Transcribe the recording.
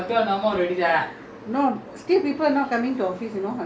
you can see I busy week now some more the lockdown period ah lagi worse